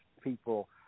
people